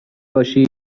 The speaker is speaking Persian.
باشی